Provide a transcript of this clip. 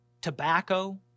tobacco